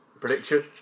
prediction